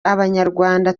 abanyarwanda